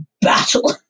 battle